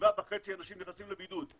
7.5 אנשים נכנסים לבידוד.